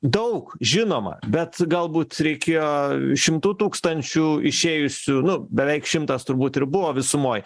daug žinoma bet galbūt reikėjo šimtų tūkstančių išėjusių nu beveik šimtas turbūt ir buvo visumoj